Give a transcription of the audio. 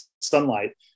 Sunlight